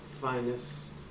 finest